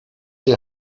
die